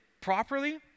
properly